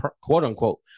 quote-unquote